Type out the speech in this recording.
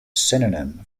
synonym